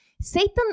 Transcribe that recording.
Satan